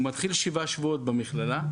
הוא מתחיל שבעה שבועות במכללה,